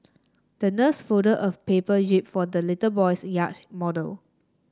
the nurse folded a paper jib for the little boy's yacht model